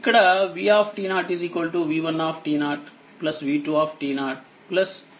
ఇక్కడ v v1 v2